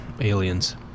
Aliens